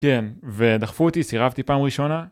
כן, ודחפו אותי, סירבתי פעם ראשונה?